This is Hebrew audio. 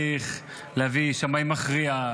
וצריך להביא שמאי מכריע,